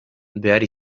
behar